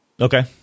Okay